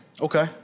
Okay